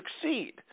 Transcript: succeed